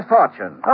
Fortune